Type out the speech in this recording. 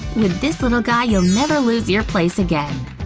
with this little guy, you'll never lose your place again!